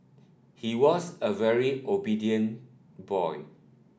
he was a very obedient boy